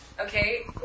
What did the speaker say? Okay